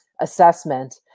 assessment